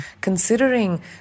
considering